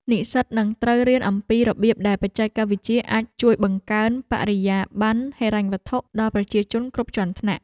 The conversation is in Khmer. និស្សិតនឹងត្រូវរៀនអំពីរបៀបដែលបច្ចេកវិទ្យាអាចជួយបង្កើនបរិយាបន្នហិរញ្ញវត្ថុដល់ប្រជាជនគ្រប់ជាន់ថ្នាក់។